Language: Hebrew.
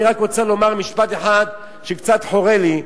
אני רק רוצה לומר משפט אחד, שקצת חורה לי,